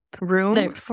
room